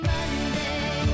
Monday